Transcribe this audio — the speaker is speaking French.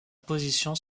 position